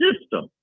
system